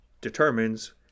determines